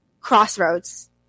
crossroads